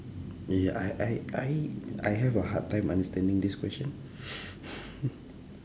ya I I I I have a hard time understanding this question hmm